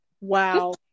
wow